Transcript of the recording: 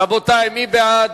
רבותי, מי בעד?